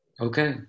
Okay